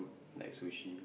like sushi